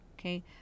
okay